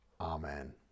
Amen